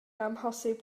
amhosib